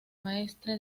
maestre